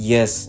Yes